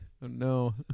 No